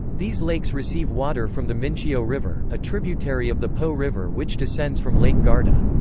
these lakes receive water from the mincio river, a tributary of the po river which descends from lake garda.